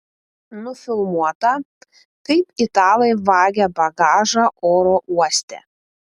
nufilmuota kaip italai vagia bagažą oro uoste